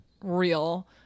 real